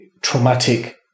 traumatic